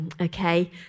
okay